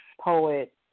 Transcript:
poet